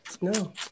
No